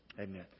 Amen